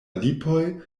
lipoj